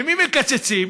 ממי מקצצים?